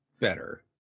better